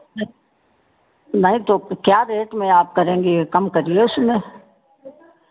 नहीं नहीं तो क्या रेट में आप करेंगी कम करिए उसमें